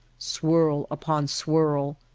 swirl upon swirl,